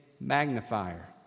magnifier